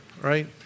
right